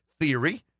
theory